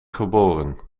geboren